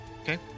Okay